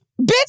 bitch